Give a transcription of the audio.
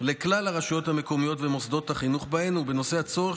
לכלל הרשויות המקומיות ומוסדות החינוך בהן ובנושא הצורך